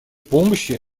помощи